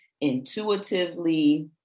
intuitively